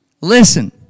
Listen